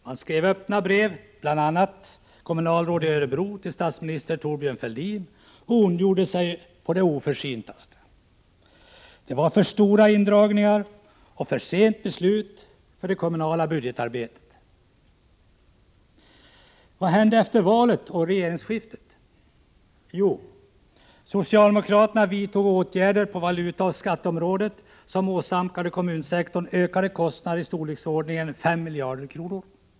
Man skrev öppna brev — bl.a. skrev kommunalråd i Örebro till statsminister Thorbjörn Fälldin — och ondgjorde sig på det oförsyntaste. Det var för stora indragningar och för sena beslut för det kommunala budgetarbetet. Vad hände efter valet och regeringsskiftet? Jo, socialdemokraterna vidtog åtgärder på valutaoch skatteområdet som åsamkade kommunsektorn ökade kostnader i storleksordningen 5 miljarder kronor.